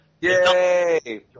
Yay